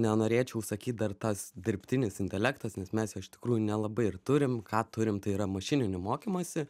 nenorėčiau sakyt dar tas dirbtinis intelektas nes mes iš tikrųjų nelabai ir turim ką turim tai yra mašininį mokymąsi